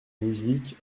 musique